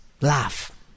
laugh